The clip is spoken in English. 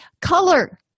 Color